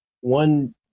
one